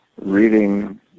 reading